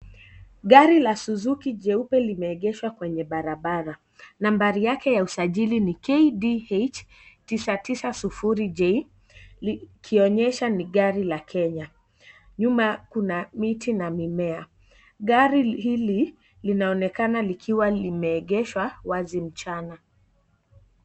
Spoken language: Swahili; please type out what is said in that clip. Gari la Suzuki jeupe limeegeshwa kwenye barabara nambari yake ya usajili ni KDH 990J likionyesha ni gari la Kenya. Nyuma kuna miti na mimea. Gari hili linaonekana likiwa limeegeshwa wazi mchana.